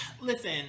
Listen